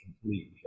complete